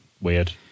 weird